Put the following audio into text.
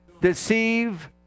deceive